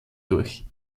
durch